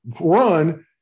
run